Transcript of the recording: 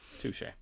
Touche